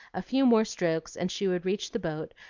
a few more strokes and she would reach the boat,